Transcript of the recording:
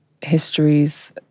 histories